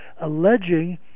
alleging